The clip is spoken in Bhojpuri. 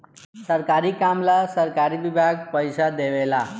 सरकारी काम ला सरकारी विभाग पइसा देवे ला